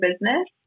business